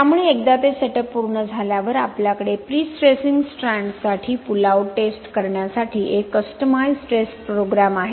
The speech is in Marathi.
त्यामुळे एकदा ते सेटअप पूर्ण झाल्यावर आपल्याकडे प्रीस्ट्रेसिंग स्ट्रँड्ससाठी पुल आउट टेस्ट करण्या साठी एक कस्टमाईज्ड टेस्ट प्रोग्रॅम आहे